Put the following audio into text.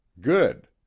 Good